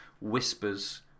whispers